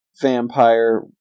vampire